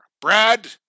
Brad